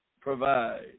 provide